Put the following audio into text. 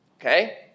Okay